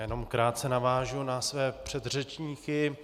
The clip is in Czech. Já jenom krátce navážu na své předřečníky.